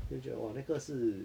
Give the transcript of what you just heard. then 我觉得那个是